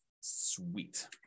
Sweet